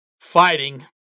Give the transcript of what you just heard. fighting